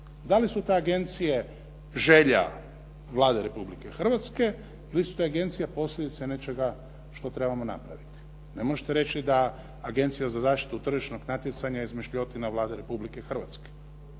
Da li su te agencije želja Vlade Republike Hrvatske ili su te agencije posljedice nečega što trebamo napraviti. Ne možete reći da Agencija za zaštitu tržišnog natjecanja je izmišljotina Vlade Republike Hrvatske.